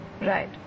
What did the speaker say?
Right